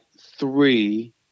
three